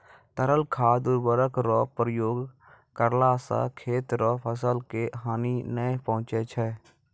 तरल खाद उर्वरक रो प्रयोग करला से खेत रो फसल के हानी नै पहुँचय छै